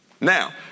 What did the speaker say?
Now